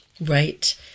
Right